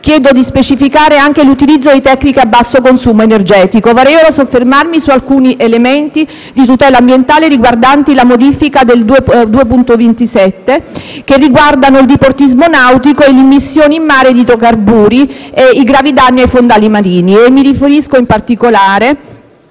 chiedo specificare anche l'utilizzo di tecniche a basso consumo energetico. Vorrei soffermarmi su alcuni elementi di tutela ambientale, contenuti nella modifica apportata dall'emendamento 2.27, che riguardano il diportismo nautico, le immissioni in mare di idrocarburi e i gravi danni ai fondali marini. Mi riferisco, in particolare,